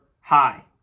high